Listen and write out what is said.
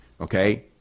okay